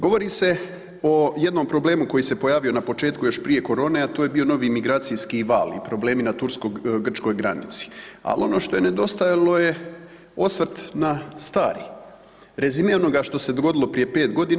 Govori se o jednom problemu koji se pojavio još na početku još prije korone, a to je bio novi migracijski val i problemi na tursko-grčkoj granici, ali ono što je nedostajalo je osvrt na stari, rezime onoga što se dogodilo prije pet godina.